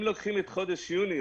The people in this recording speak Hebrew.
אם לוקחים את חודש יוני,